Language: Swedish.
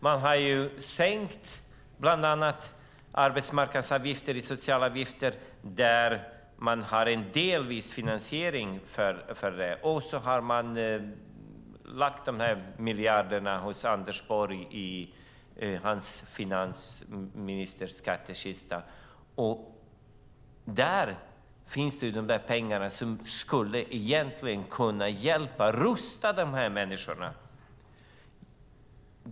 Man har bland annat sänkt arbetsgivaravgifter och sociala avgifter där man delvis har en finansiering för det, och så har man lagt de här miljarderna i Anders Borgs finansministerskattekista. Där finns pengarna som skulle kunna hjälpa till att rusta de här människorna.